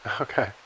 Okay